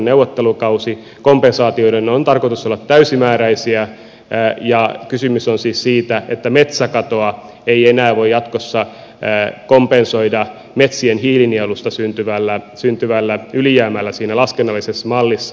kompensaatioiden on tarkoitus olla täysimääräisiä ja kysymys on siis siitä että metsäkatoa ei enää voi jatkossa kompensoida metsien hiilinielusta syntyvällä ylijäämällä siinä laskennallisessa mallissa